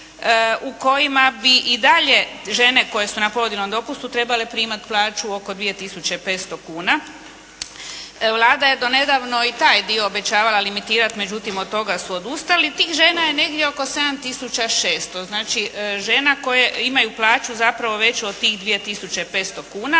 u kojima bi i dalje žene koje su na porodiljnom dopustu trebale primat plaću oko 2 tisuće 500 kuna. Vlada je donedavno i taj dio obećavala limitirat ali međutim od toga su odustali. Tih žena je negdje oko 7 tisuća 600. Znači, žena koje imaju plaću zapravo veću od tih 2 tisuće